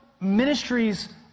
ministries